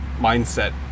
mindset